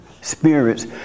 Spirits